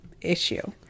issue